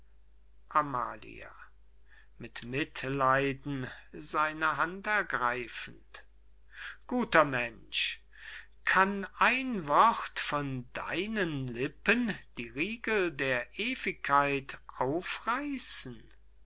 ergreifend guter mensch kann ein wort von deinen lippen die riegel der ewigkeit aufreissen